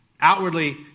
Outwardly